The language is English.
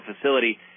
facility